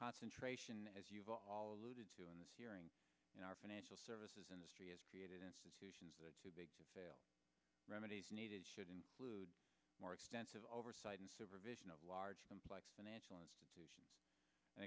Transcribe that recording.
this hearing in our financial services industry is created institutions that are too big to fail remedies needed should include more extensive oversight and supervision of large complex financial institutions and